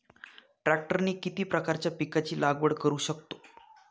ट्रॅक्टरने किती प्रकारच्या पिकाची लागवड करु शकतो?